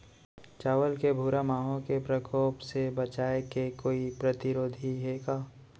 चांवल के भूरा माहो के प्रकोप से बचाये के कोई प्रतिरोधी हे का?